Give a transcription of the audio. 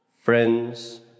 Friends